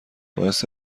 باعث